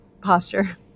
posture